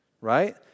right